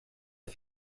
the